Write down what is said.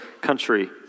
country